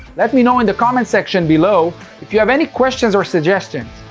let me know in the comments section below if you have any questions or suggestions.